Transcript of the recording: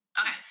Okay